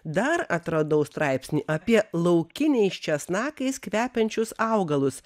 dar atradau straipsnį apie laukiniais česnakais kvepiančius augalus